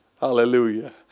Hallelujah